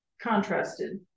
contrasted